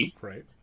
right